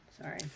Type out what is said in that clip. Sorry